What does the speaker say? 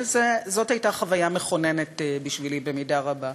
זו הייתה חוויה מכוננת בשבילי במידה רבה.